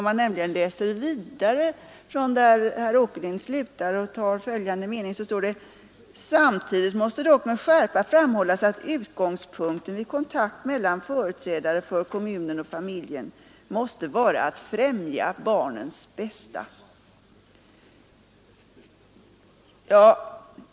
Men om man läser vidare där herr Åkerlind slutar finner man följande mening: Samtidigt måste dock med skärpa framhållas att utgångspunkten vid kontakt mellan företrädare för kommunen och familjen måste vara att främja barnens bästa.